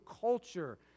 culture